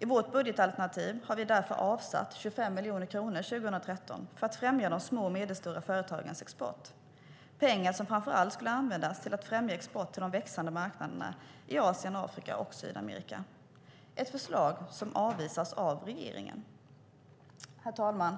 I vårt budgetalternativ har vi avsatt 25 miljoner kronor 2013 för att främja de små och medelstora företagens export. Det är pengar som framför allt skulle kunna användas till att främja export till de växande marknaderna i Afrika, Asien och Sydamerika, ett förslag som avvisas av regeringen. Herr talman!